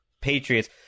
Patriots